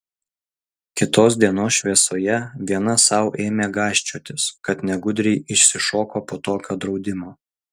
kitos dienos šviesoje viena sau ėmė gąsčiotis kad negudriai išsišoko po tokio draudimo